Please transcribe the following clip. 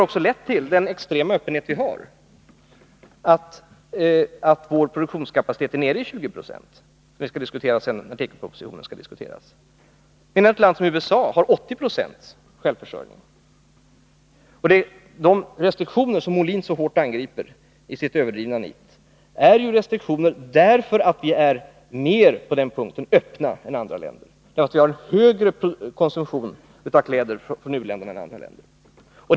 Vår extrema öppenhet har också lett till att vår produktionskapacitet är nere i 20 96. Den såken får vi diskutera senare när tekopropositionen skall behandlas. Ett land som USA däremot har 80 26 självförsörjning. De restriktioner som Björn Molin så hårt angriper i sitt överdrivna nit beror ju på att vi på den punkten är mer öppna än andra länder. Vi har en högre konsumtion av kläder från u-länderna än vad andra länder har.